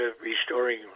restoring